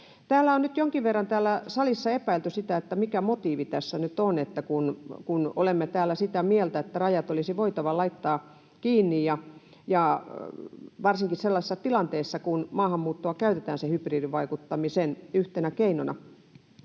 salissa on nyt jonkin verran epäilty, mikä motiivi tässä nyt on, kun olemme täällä sitä mieltä, että rajat olisi voitava laittaa kiinni ja varsinkin sellaisessa tilanteessa, kun maahanmuuttoa käytetään hybridivaikuttamisen yhtenä keinona.